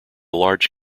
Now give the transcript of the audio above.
large